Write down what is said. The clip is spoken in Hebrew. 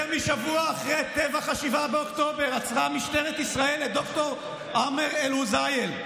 יותר משבוע אחרי טבח 7 באוקטובר עצרה משטרת ישראל את ד"ר עאמר אלהוזייל,